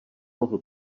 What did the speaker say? mohl